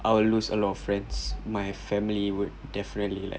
I will lose a lot of friends my family would definitely like